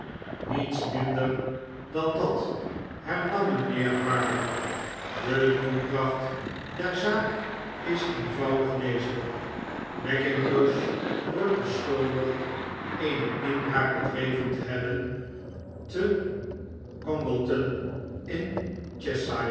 niets minder dan dat bernam mijnheer harmer de toedracht der zaak is eenvoudig deze mackintosh wordt beschuldigd eene inbraak bedreven te hebben te oongleton in